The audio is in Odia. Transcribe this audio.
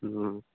ହୁଁ ହୁଁ